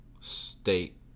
state